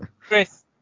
Chris